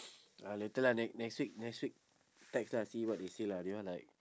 uh later lah next next week next week text lah see what they say lah they all like